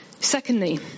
Secondly